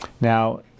Now